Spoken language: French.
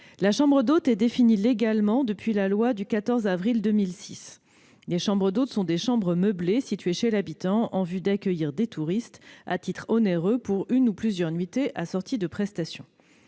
La chambre d'hôtes est définie légalement depuis la loi du 14 avril 2006 :« Les chambres d'hôtes sont des chambres meublées situées chez l'habitant en vue d'accueillir des touristes, à titre onéreux, pour une ou plusieurs nuitées, assorties de prestations.